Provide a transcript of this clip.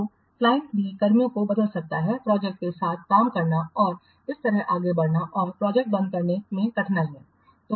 तो क्लाइंट भी कर्मियों को बदल सकता है प्रोजेक्टके साथ काम करना और इस तरह आगे बढ़ना और प्रोजेक्टबंद होने में कठिनाइयाँ